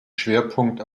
schwerpunkt